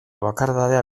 bakardadea